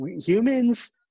humans